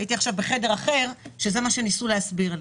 הייתי עכשיו בחדר אחר שבו אמרו: